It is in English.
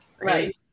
Right